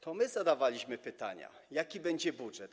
To my zadawaliśmy pytania, jaki będzie budżet.